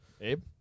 Abe